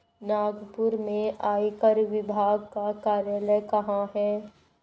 नागपुर में आयकर विभाग का कार्यालय कहाँ है?